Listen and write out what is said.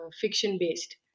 fiction-based